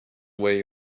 way